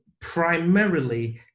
primarily